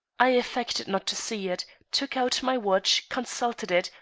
i affected not to see it took out my watch, consulted it,